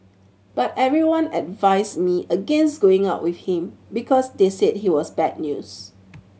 but everyone advised me against going out with him because they said he was bad news